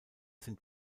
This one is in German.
sind